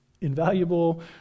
invaluable